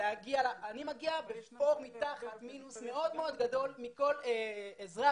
אני מגיע עם מינוס מאוד מאוד גדול לעומת אזרח